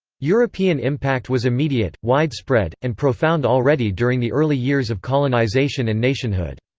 european impact was immediate, widespread, and profound already during the early years of colonization and nationhood.